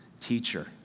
Teacher